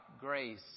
grace